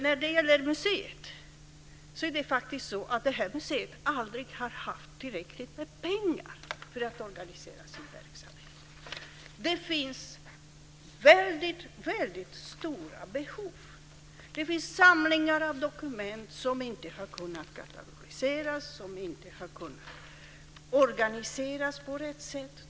När det gäller museet är det faktiskt så att det här museet aldrig har haft tillräckligt med pengar för att organisera sin verksamhet. Det finns väldigt stora behov. Det finns samlingar av dokument som inte har kunnat katalogiseras och som inte har kunnat organiseras på rätt sätt.